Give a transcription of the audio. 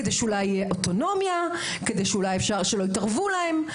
כדי שאולי תהיה אוטונומיה; כדי שאולי יהיה אפשר שלא יתערבו להם.